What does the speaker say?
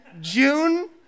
June